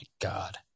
God